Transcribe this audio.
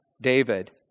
David